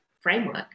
framework